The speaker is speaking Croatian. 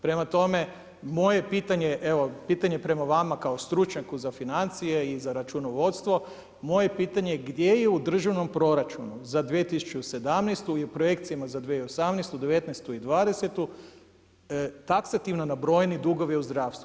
Prema tome, moje pitanje evo pitanje prema vama kao stručnjaku za financije i za računovodstvo, moje pitanje je gdje je u državnom proračunu za 2017. u projekcijama za 2018., 19. i 20. taksativno nabrojeni dugovi u zdravstvu?